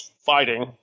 fighting